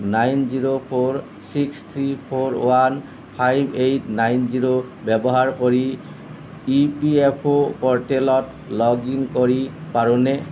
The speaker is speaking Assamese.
nine zero four six three four one five eight nine zero ব্যৱহাৰ কৰি ইপিএফঅ' প'ৰ্টেলত লগ ইন কৰি পাৰোঁনে